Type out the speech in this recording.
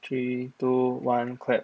three two one clap